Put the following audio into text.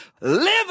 live